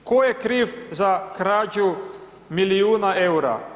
Tko je kriv za krađu milijuna eura?